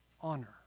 honor